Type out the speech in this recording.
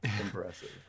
impressive